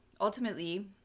Ultimately